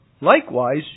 Likewise